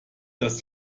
dass